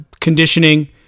conditioning